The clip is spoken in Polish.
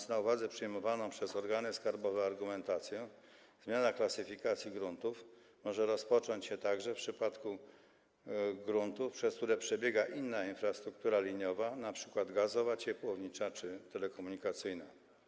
Z uwagi na przyjmowaną przez organy skarbowe argumentację zmiana klasyfikacji gruntów może rozpocząć się także w przypadku gruntów, przez które przebiega inna infrastruktura liniowa, np. gazowa, ciepłownicza czy telekomunikacyjna.